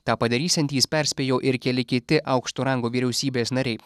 tą padarysiantys perspėjo ir keli kiti aukšto rango vyriausybės nariai